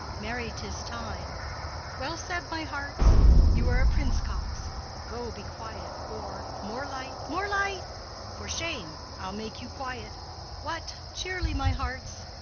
marry, tis time well said, my hearts you are a princox go! be quiet, or more light, more light for shame! i'll make you quiet what cheerly, my hearts!